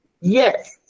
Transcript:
Yes